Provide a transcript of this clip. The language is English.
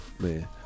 Man